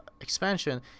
expansion